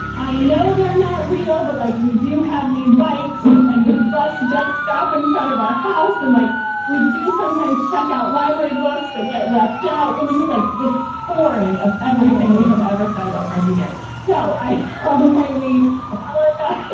i know they're not real, but like, we do have these bikes and the bus does stop in front of our house. and like we do sometimes check out library books that get left out. it was just like this. pouring of everything we have ever said about frank can and get so um high. we apologize,